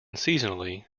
seasonally